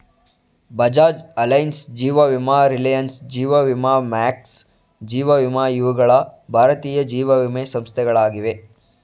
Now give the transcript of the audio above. Bajaj Allianz, ಜೀವ ವಿಮಾ ರಿಲಯನ್ಸ್, ಜೀವ ವಿಮಾ ಮ್ಯಾಕ್ಸ್, ಜೀವ ವಿಮಾ ಇವುಗಳ ಭಾರತೀಯ ಜೀವವಿಮೆ ಸಂಸ್ಥೆಗಳಾಗಿವೆ